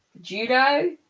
judo